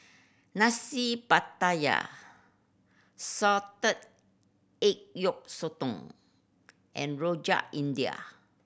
Nasi Pattaya salted egg yolk sotong and Rojak India